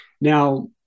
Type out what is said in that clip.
Now